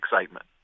excitement